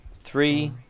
three